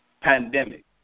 Pandemic